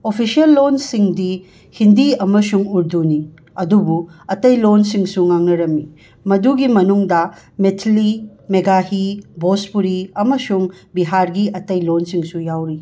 official ꯂꯣꯟꯁꯤꯡꯗꯤ ꯍꯤꯟꯗꯤ ꯑꯃꯁꯨꯡ ꯎꯔꯗꯨꯅꯤ ꯑꯗꯨꯕꯨ ꯑꯇꯩ ꯂꯣꯟꯁꯤꯡꯁꯨ ꯉꯥꯡꯅꯔꯝꯃꯤ ꯃꯗꯨꯒꯤ ꯃꯅꯨꯡꯗ ꯃꯦꯊꯤꯂꯤ ꯃꯦꯒꯥꯍꯤ ꯚꯣꯖꯄꯨꯔꯤ ꯑꯃꯁꯨꯡ ꯕꯤꯍꯥꯔꯒꯤ ꯑꯇꯩ ꯂꯣꯟꯁꯤꯡꯁꯨ ꯌꯥꯎꯔꯤ